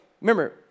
remember